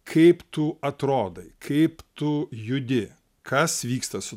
kaip tu atrodai kaip tu judi kas vyksta su